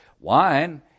wine